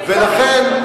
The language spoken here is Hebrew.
ולכן,